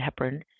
heparin